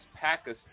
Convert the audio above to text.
Pakistan